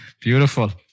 Beautiful